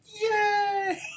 Yay